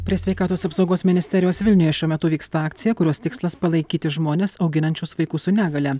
prie sveikatos apsaugos ministerijos vilniuje šiuo metu vyksta akcija kurios tikslas palaikyti žmones auginančius vaikus su negalia